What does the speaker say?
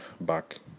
back